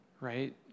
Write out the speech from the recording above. right